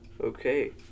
Okay